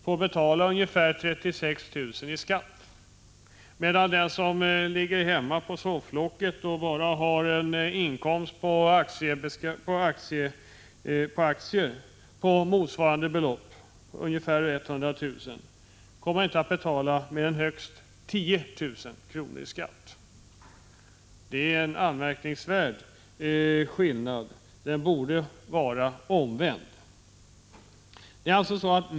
får betala ungefär 36 000 kr. i skatt, medan den som ligger hemma på sofflocket och bara har en inkomst på aktier på motsvarande belopp inte kommer att betala mer än högst 10 000 kr. i skatt. Det är en anmärkningsvärd skillnad. Det borde vara det omvända förhållandet.